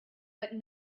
but